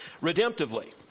redemptively